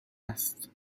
است